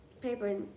paper